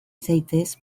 zaitez